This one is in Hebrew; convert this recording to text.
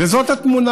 וזאת התמונה.